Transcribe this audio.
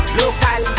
local